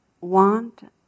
want